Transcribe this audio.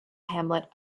hamlet